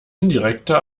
indirekter